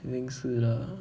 I think 是啦